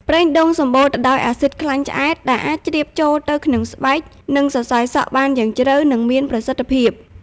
ប្រេងដូងសម្បូរទៅដោយអាស៊ីតខ្លាញ់ឆ្អែត ដែលអាចជ្រាបចូលទៅក្នុងស្បែក និងសរសៃសក់បានយ៉ាងជ្រៅ និងមានប្រសិទ្ធភាព។